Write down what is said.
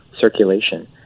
circulation